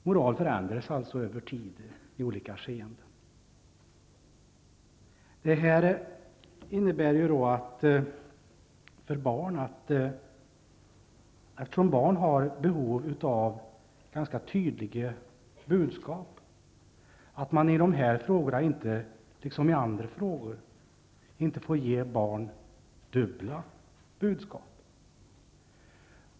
Moral förändras alltså över tiden, i olika skeenden. Eftersom barn har behov av ganska tydliga budskap innebär detta att man i de här frågorna liksom i andra frågor inte får ge barn dubbla budskap.